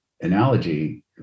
analogy